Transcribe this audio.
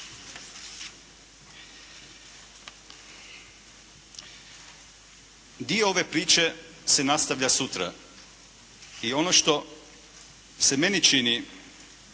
Dio ove priče se nastavlja sutra i ono što se meni čini